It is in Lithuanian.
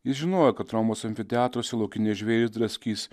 jis žinojo kad romos amfiteatruose laukiniai žvėrys draskys